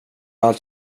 allt